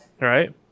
right